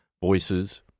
voices